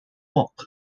walk